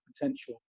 potential